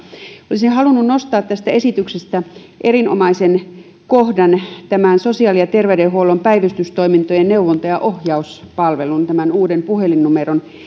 olisin halunnut nostaa tästä esityksestä erinomaisen kohdan tämän sosiaali ja terveydenhuollon päivystystoimintojen neuvonta ja ohjauspalvelun tämän uuden puhelinnumeron